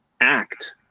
act